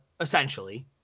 essentially